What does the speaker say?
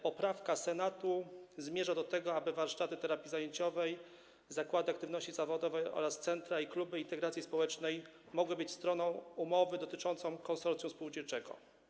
Poprawka Senatu zmierza do tego, aby warsztaty terapii zajęciowej, zakłady aktywności zawodowej oraz centra i kluby integracji społecznej mogły być stroną umowy konsorcjum spółdzielczego.